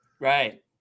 Right